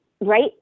right